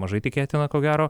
mažai tikėtina ko gero